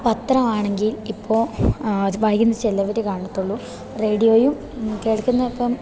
പത്രം ആണെങ്കിൽ ഇപ്പോൾ അതു വായിക്കുന്ന ചിലവർ കാണത്തുള്ളൂ റേഡിയോയും കേൾക്കുന്നതിപ്പം